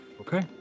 Okay